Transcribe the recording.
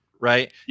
Right